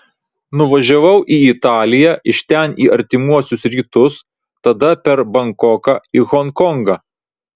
nuvažiavau į italiją iš ten į artimuosius rytus tada per bankoką į honkongą